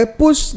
push